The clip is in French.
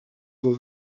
vos